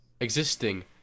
existing